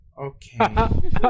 Okay